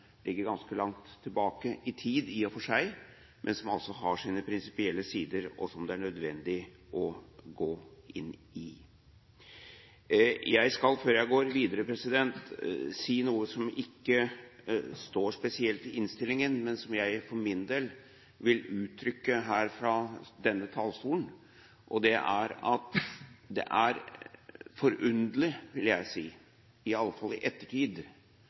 ligger ganske langt tilbake i tid, i og for seg, men som altså har sine prinsipielle sider, og som det er nødvendig å gå inn i. Jeg skal før jeg går videre, si noe som ikke står spesielt i innstillingen, men som jeg for min del vil uttrykke her fra denne talerstolen, og det er at det er forunderlig, i alle fall sett i ettertid,